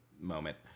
moment